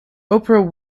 oprah